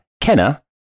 Kenna